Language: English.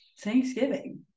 thanksgiving